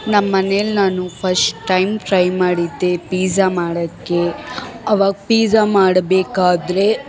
ನಮ್ಮನೆಲ್ಲಿ ನಾನು first time try ಮಾಡಿದ್ದೆ pizza ಮಾಡೋದ್ಕೆ ಆವಾಗ ಪೀಝಾ ಮಾಡಬೇಕಾದ್ರೆ